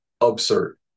absurd